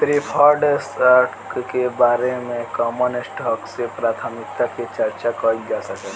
preferred stock के बारे में कॉमन स्टॉक से प्राथमिकता के चार्चा कईल जा सकेला